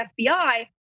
FBI